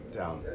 down